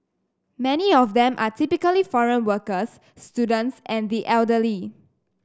many of them are typically foreign workers students and the elderly